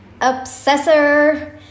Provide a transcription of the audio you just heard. obsessor